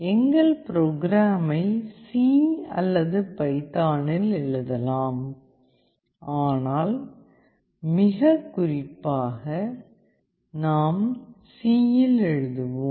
எங்கள் புரோகிராமை சி அல்லது பைத்தான் இல் எழுதலாம் ஆனால் மிக குறிப்பாக நாம் சி யில் எழுதுவோம்